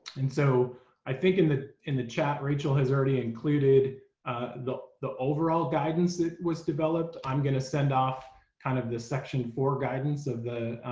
and so i think in the in the chat rachael has already included ah the the overall guidance that was developed. i'm going to send off kind of this section four guidance of the